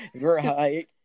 Right